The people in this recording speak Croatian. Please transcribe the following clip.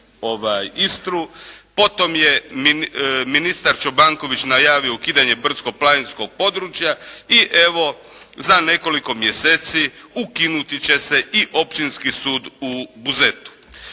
Istru. Potom je ministar Čobanković najavio ukidanje brdsko-planinskog područja. I evo, za nekoliko mjeseci ukinuti će se i Općinski sud u Buzetu.